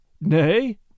Nay